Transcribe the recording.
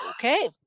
Okay